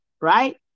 right